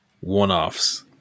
one-offs